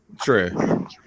True